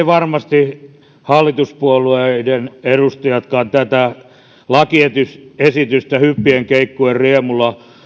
varmasti hallituspuolueiden edustajatkaan tätä lakiesitystä hyppien keikkuen riemulla